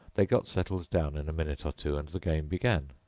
they got settled down in a minute or two, and the game began.